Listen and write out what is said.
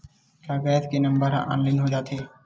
का गैस के नंबर ह ऑनलाइन हो जाथे?